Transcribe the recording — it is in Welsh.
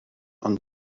ond